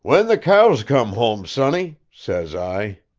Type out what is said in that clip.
when the cows come home, sonny says i.